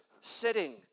sitting